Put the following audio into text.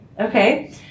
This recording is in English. Okay